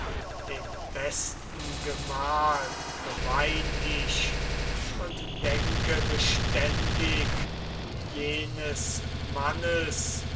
den besten gemahl bewein ich und denke beständig jenes mannes